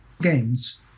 games